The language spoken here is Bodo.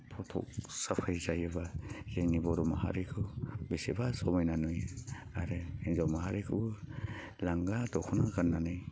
फटक साफाय जायोब्ला जोंनि बर'माहारिखौ बेसेबा समायना नुयो आरो हिनजाव माहारिखौबो लांगा दख'ना गाननानै